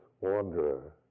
wanderer